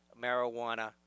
marijuana